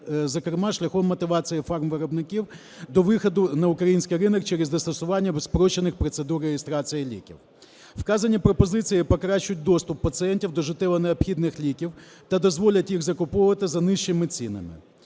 зокрема, шляхом мотивації фармвиробників до виходу на український ринок через застосування спрощених процедур реєстрації ліків. Вказані пропозиції покращать доступ пацієнтів до життєво необхідних ліків та дозволять їх закуповувати за нижчими цінами.